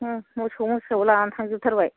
उम मोसौ मोसा लानानै थांजोब थारबाय